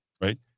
right